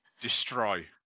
destroy